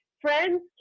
Friends